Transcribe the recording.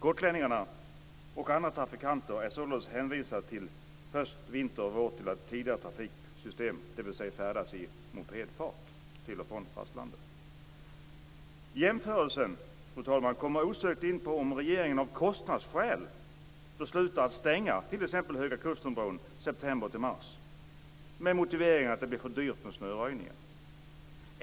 Gotlänningarna och andra trafikanter är således höst, vinter och vår hänvisade till tidigare trafiksystem, dvs. att färdas i mopedfart. Jämförelsen kommer, fru talman, osökt in på om regeringen av kostnadsskäl skulle besluta att stänga t.ex. Högakustenbron september-mars med motiveringen att det blir för dyrt med snöröjningen.